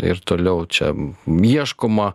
ir toliau čia ieškoma